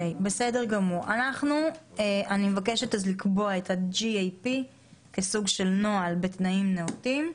אז אני מבקשת לקבוע את ה-GAP כסוג של נוהל בתנאים נאותים,